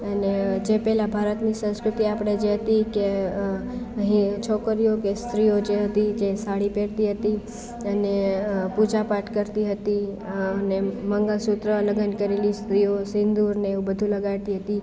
અને જે પહેલા ભારતની સસંકૃતિ આપણે જે હતી કે એ છોકરીઓ કે સ્ત્રીઓ જે હતી જે સાડી પહેરતી હતી અને પૂજા પાઠ કરતી હતી અને મંગલસૂત્ર લગન કરેલી સ્ત્રીઓ સિંદુરને એવું બધું લગાળતી હતી